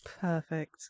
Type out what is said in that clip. perfect